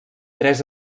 tres